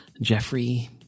Jeffrey